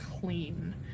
clean